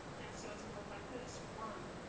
and so it's gonna look like this one,